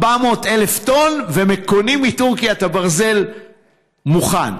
400,000 טון, וקונים מטורקיה את הברזל מוכן.